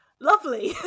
lovely